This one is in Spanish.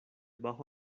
bajo